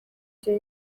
gihe